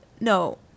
no